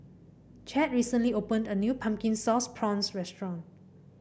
Chadd recently opened a new Pumpkin Sauce Prawns restaurant